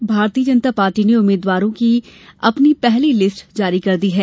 वहीं भारतीय जनता पार्टी ने उम्मीद्वारों की अपनी पहली लिस्ट पहले ही जारी कर दी है